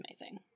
amazing